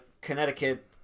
Connecticut